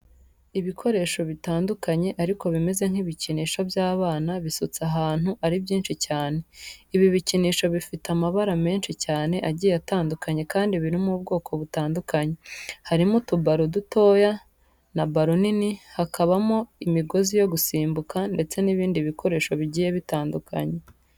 Ibikoresho bitandukanye ariko bimeze nk'ibikinisho by'abana bisutse ahantu ari byinshi cyane. Ibi bikinisho bifite amabara menshi cyane agiye atandukanye kandi birimo ubwoko butandukanye. Harimo utubaro dutoya na baro nini, hakabamo imigozi yo gusimbuka ndetse n'ibindi bikoresho bigiye bitandukanye.